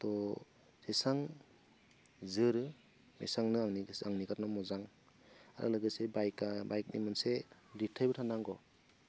त' जेसेबां जोरो एसेबांनो आंनि कारने मोजां आरो लोगोसे बाइकनि मोनसे लिरथायबो थानांगौ